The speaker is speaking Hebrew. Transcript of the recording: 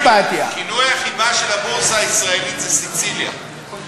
כפול 10% ולא 2.5 כפול 20%. בסדר,